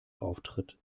auftritt